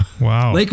wow